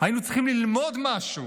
היינו צריכים ללמוד משהו